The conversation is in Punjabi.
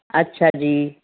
ਅੱਛਾ ਜੀ